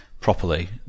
properly